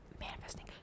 manifesting